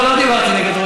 לא דיברתי נגד,